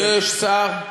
יש שר?